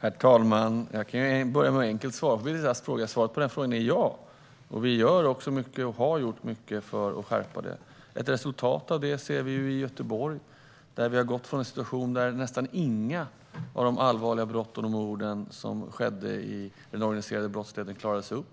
Herr talman! Jag kan börja med att enkelt svara på Beatrice Asks fråga. Svaret på den frågan är ja. Vi gör också mycket och har gjort mycket för att skärpa det. Ett resultat av det ser vi i Göteborg. Där har vi gått från en situation där nästan inga av de allvarliga brott och de mord som skedde i den organiserade brottsligheten klarades upp